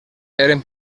eren